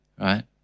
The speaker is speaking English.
Right